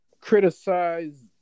criticize